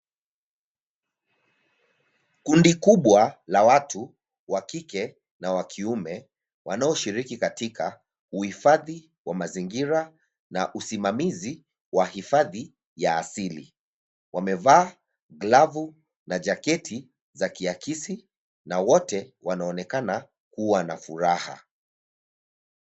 Kundi kubwa la watu wa kike na wa kiume wanaoshiriki katika uhifadhi wa mazingira na usimamizi wa hifadhi ya asili. Wamevaa glavu na jaketi za kiakisi na wote wanaonekana kuwa na furaha.